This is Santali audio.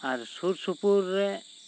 ᱟᱨ ᱥᱩᱨ ᱥᱩᱯᱩᱨ ᱨᱮ